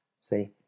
See